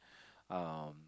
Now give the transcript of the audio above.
um